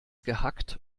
gehackt